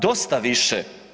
Dosta više.